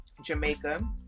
Jamaica